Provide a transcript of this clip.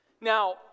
Now